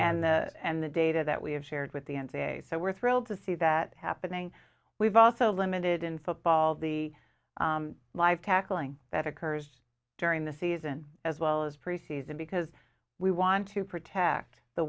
and the and the data that we have shared with the n c a a so we're thrilled to see that happening we've also limited in football the live tackling that occurs during the season as well as preseason because we want to protect the